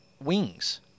wings